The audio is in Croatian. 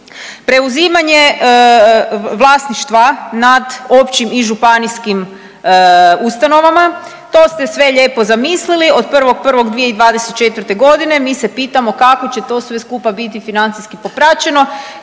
Preuzimanje vlasništva nad općim i županijskim ustanovama to ste sve lijepo zamislili. Od 1.1. 2024. godine mi se pitamo kako će to sve skupa biti financijski popraćeno